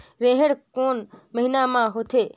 रेहेण कोन महीना म होथे?